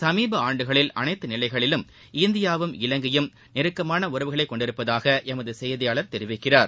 சமீப ஆண்டுகளில் அனைத்து நிலைகளிலும் இந்தியாவும் இலங்கையும் நெருக்கமான உறவுகளை கொண்டிருப்பதாக எமது செய்தியாளர் தெரிவிக்கிறார்